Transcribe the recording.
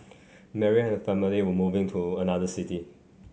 Mary and her family were moving to another city